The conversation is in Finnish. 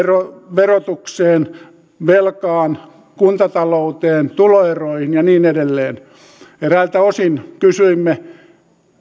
verotukseen velkaan kuntatalouteen tuloeroihin ja niin edelleen eräiltä osin kysyimme